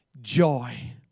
joy